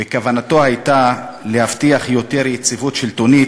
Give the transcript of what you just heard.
וכוונתו הייתה להבטיח יותר יציבות שלטונית.